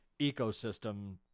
ecosystem